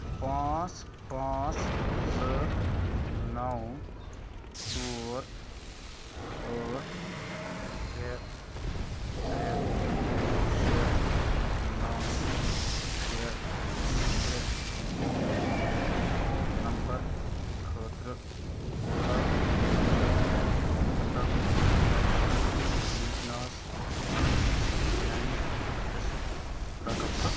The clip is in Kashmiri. پانٛژھ پانٛژھ زٕ نو ژور ٲٹھ ترٛےٚ ترٛےٚ شےٚ نو شےٚ ترٛےٚ پران نمبر خٲطرٕ کوٗتاہ چھِ اَٹل پٮ۪نشن یوجناہَس مَنٛز میٛانہِ حِصُک رقم